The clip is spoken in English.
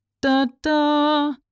Da-da